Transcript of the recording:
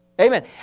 Amen